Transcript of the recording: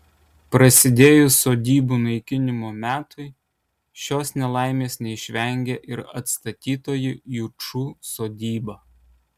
prasidėjus sodybų naikinimo metui šios nelaimės neišvengė ir atstatytoji jučų sodyba